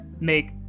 make